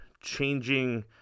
changing